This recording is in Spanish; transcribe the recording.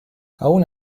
aun